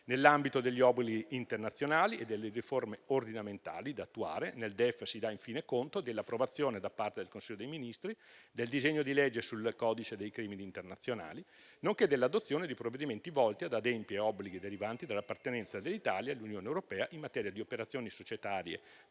Nell'ambito degli obblighi internazionali e delle riforme ordinamentali da attuare, nel DEF si dà infine conto dell'approvazione - da parte del Consiglio dei ministri - del disegno di legge sul codice dei crimini internazionali, nonché dell'adozione di provvedimenti volti ad adempiere a obblighi derivanti dall'appartenenza dell'Italia all'Unione europea in materia di operazioni societarie